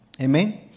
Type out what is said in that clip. Amen